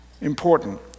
important